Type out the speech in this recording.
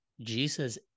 Jesus